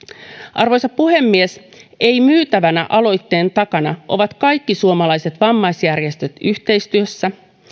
arvoisa puhemies ei myytävänä aloitteen takana ovat kaikki suomalaiset vammaisjärjestöt yhteistyössä